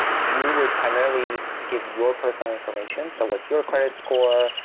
you would primarily give your personal information. so what's your credit score?